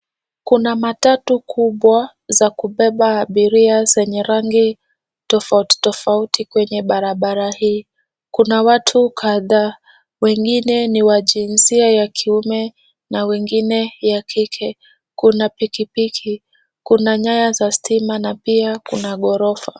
Kuna matatu kubwa za kubeba abiria zenye rangi tofauti tofauti kwenye barabara hii. Kuna watu kadhaa. Wengine ni wa jinsia ya kiume na wengine ya kike. Kuna pikipiki. Kuna nyaya za stima na pia kuna ghorofa.